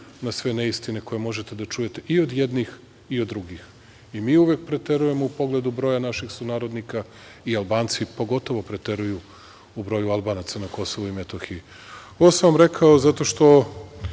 na sve neistine koje možete da čujete i od jednih i od drugih. Mi uvek preterujemo u pogledu broja naših sunarodnika i Albanci pogotovo preteruju u broju Albanaca na Kosovu i Metohiji. Ovo sam vam rekao zato što